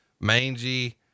mangy